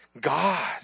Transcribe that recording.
God